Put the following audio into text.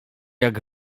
jak